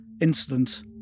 incident